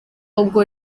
ubwo